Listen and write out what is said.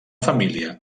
família